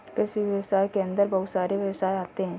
कृषि व्यवसाय के अंदर बहुत सारे व्यवसाय आते है